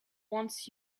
wants